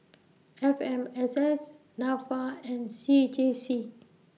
F M S S Nafa and C J C